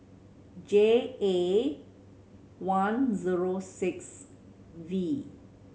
J A one zero six V